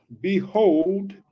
behold